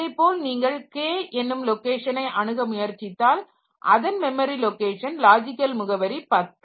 இதுபோல நீங்கள் k என்னும் லொகேஷனை அணுக முயற்சித்தால் அதன் மெமரி லோகேஷன் லாஜிக்கல் முகவரி 10